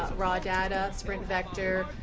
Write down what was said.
raw data, sprint vector,